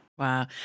Wow